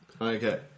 Okay